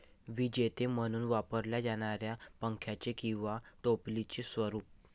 विजेते म्हणून वापरल्या जाणाऱ्या पंख्याचे किंवा टोपलीचे स्वरूप